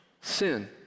Sin